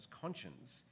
conscience